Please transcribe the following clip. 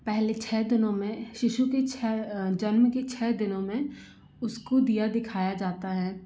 पहले छः दिनों में शिशु के छः जन्म के छः दिनों में उसको दिया दिखाया जाता है